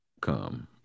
come